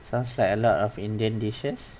sounds like a lot of indian dishes